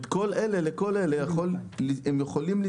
זה יכול להיות במערכת הנהיגה האוטונומית.